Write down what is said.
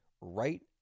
right